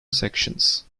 sections